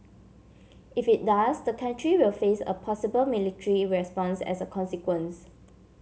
if it does the country will face a possible military response as a consequence